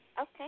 Okay